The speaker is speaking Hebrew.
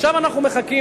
עכשיו אנחנו מחכים,